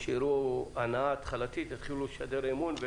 שיראו הנעה התחלתית, יתחילו לשדר אמון.